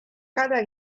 cada